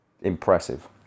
impressive